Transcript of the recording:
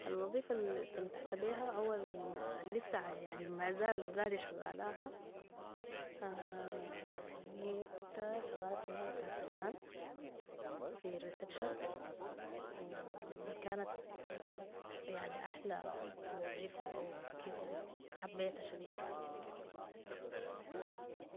الوظيفة الاستمتعت بيها أوالا اللسه يعني ما زال ذاتي شغالاها الي كنتا شغالة في عيادة بتاعت أسنان في ودي كانت يعني أحلى وظيفة أو كده يعني حبيتها شديدة